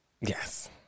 Yes